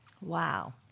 Wow